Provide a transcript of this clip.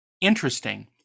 interesting